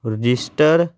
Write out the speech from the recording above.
register